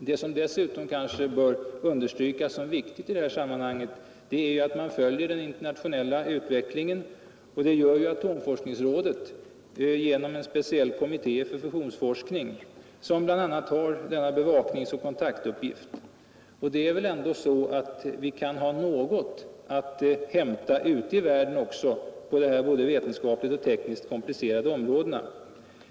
Vad som dessutom bör understrykas som viktigt i sammanhanget är att man följer den internationella utvecklingen, och det gör ju atomforskningsrådet genom en speciell kommitté för fusionsforskning, som bl.a. har denna bevakningsoch kontaktuppgift. Vi kan ju ha något att hämta ute i världen också på de här både vetenskapligt och tekniskt komplicerade områdena.